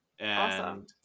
Awesome